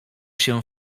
się